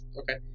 Okay